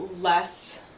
less